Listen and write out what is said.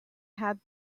had